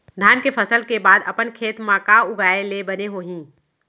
धान के फसल के बाद अपन खेत मा का उगाए ले बने होही?